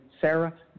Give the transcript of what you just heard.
Sarah